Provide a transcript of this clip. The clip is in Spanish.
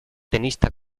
tenista